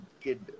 kid